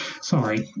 Sorry